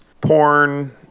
porn